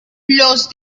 los